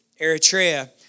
Eritrea